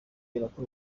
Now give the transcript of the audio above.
irakora